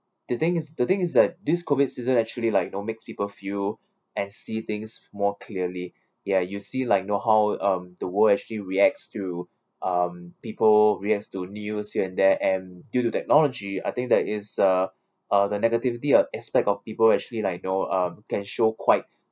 the thing is the thing is that this COVID season actually like you know makes people feel and see things more clearly ya you'll see like know how um the world actually reacts to um people react to news here and there and due to technology I think that is uh uh the negativity or aspect of people actually like you know um can show quite